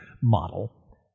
model